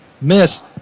miss